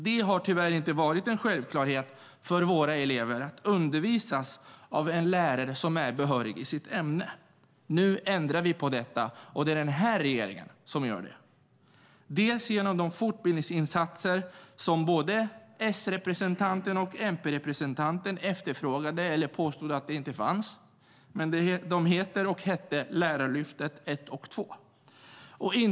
Det har tyvärr inte varit en självklarhet för våra elever att undervisas av en lärare som är behörig i sitt ämne. Nu ändrar vi på detta, och det är den här regeringen som gör det. Vi gör det bland annat genom de fortbildningsinsatser som både S-representanten och MP-representanten påstod inte fanns. De heter Lärarlyftet I och Lärarlyftet II.